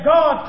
God